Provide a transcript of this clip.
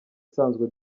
isanzwe